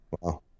Wow